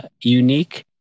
unique